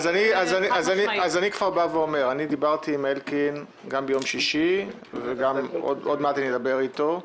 אני דיברתי עם אלקין גם ביום שישי ועוד מעט אדבר איתו,